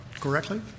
correctly